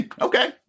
Okay